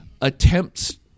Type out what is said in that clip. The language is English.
attempts